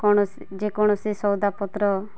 କୌଣସି ଯେକୌଣସି ସଉଦାପତ୍ର